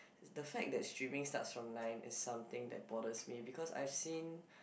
the fact that streaming starts from nine is something that bothers me because I've seen